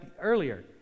earlier